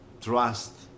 trust